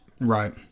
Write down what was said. Right